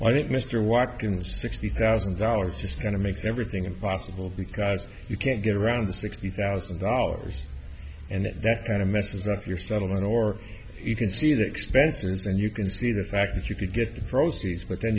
think mr watkins sixty thousand dollars just kind of makes everything impossible because you can't get around the sixty thousand dollars and that kind of messes up your settlement or you can see the expenses and you can see the fact that you could get groceries but then